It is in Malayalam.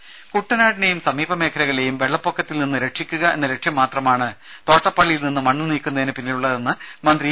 രുമ കുട്ടനാടിനെയും സമീപമേഖലകളെയും വെള്ളപ്പൊക്കത്തിൽ നിന്ന് രക്ഷിക്കുക എന്ന ലക്ഷ്യം മാത്രമാണ് തോട്ടപ്പള്ളിയിൽനിന്ന് മണ്ണു നീക്കുന്നതിനു പിന്നിലുള്ളതെന്ന് മന്ത്രി ഇ